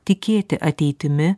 tikėti ateitimi